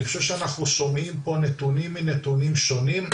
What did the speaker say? אני חושב שאנחנו שומעים פה נתונים מנתונים שונים,